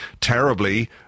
terribly